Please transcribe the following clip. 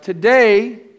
Today